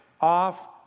off